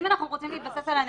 אם אנחנו רוצים להתבסס על הנתונים,